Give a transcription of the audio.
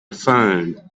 phone